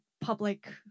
public